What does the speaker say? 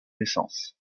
naissance